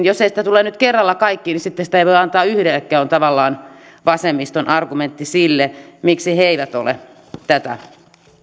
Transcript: jos ei sitä tule nyt kerralla kaikkiin niin sitten sitä ei voi antaa yhdellekään on tavallaan vasemmiston argumentti sille miksi he eivät ole tätä